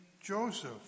Joseph